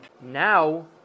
Now